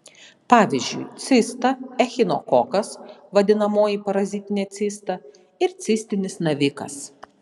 pavyzdžiui cista echinokokas vadinamoji parazitinė cista ir cistinis navikas